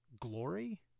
glory